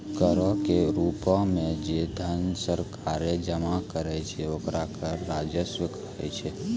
करो के रूपो मे जे धन सरकारें जमा करै छै ओकरा कर राजस्व कहै छै